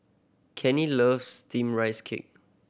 Kenny loves Steamed Rice Cake